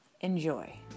Enjoy